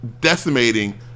decimating